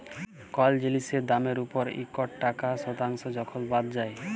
call জিলিসের দামের উপর ইকট টাকা শতাংস যখল বাদ যায়